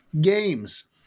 games